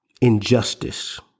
injustice